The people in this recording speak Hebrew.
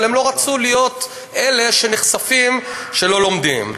אבל הם לא רצו להיות אלה שנחשפים שלא לומדים.